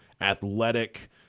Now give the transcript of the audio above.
athletic